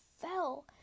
fell